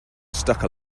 stuck